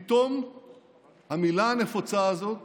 פתאום המילה הנפוצה הזאת